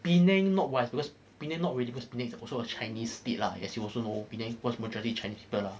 penang not wise because penang not really cause penang is also a chinese state lah as you also know penang cause majority chinese people lah